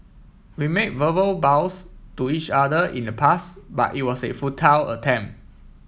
we made verbal vows to each other in the past but it was a futile attempt